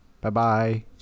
Bye-bye